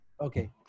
Okay